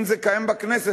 אם זה קיים בכנסת,